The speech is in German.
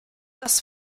das